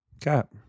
Cap